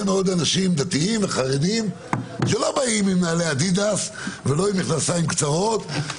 מאוד אנשים דתיים וחרדים שלא באים בנעלי אדידס ולא במכנסיים קצרים,